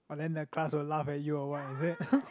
!!wah!! then that class will laugh at you or what is it